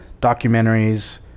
documentaries